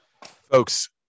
Folks